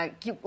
que